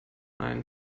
ein